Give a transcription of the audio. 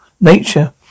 Nature